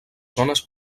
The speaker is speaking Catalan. zones